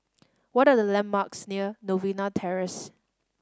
what are the landmarks near Novena Terrace